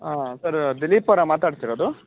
ಹಾಂ ಸರ್ ದಿಲೀಪ್ ಅವರಾ ಮಾತಾಡ್ತಿರೋದು